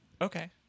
Okay